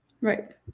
Right